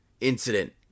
incident